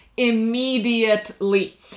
immediately